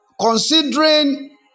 considering